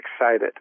excited